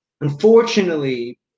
unfortunately